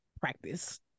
practice